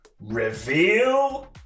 reveal